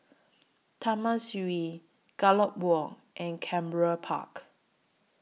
Taman Sireh Gallop Walk and Canberra Park